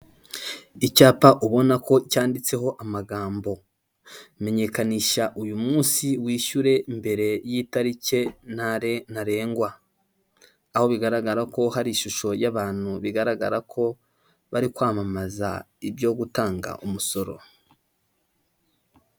Icyapa ubona ko cyanditseho amagambo, menyekanisha uyu munsi wishyure mbere y'itariki ntarengwa, aho bigaragara ko hari ishusho y'abantu bigaragara ko bari kwamamaza ibyo gutanga umusoro.